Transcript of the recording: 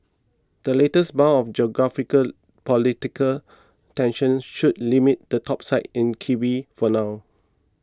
the latest bout of political tensions should limit the topside in kiwi for now